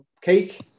cake